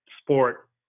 sport